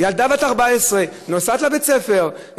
-- לבית-הספר.